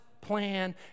plan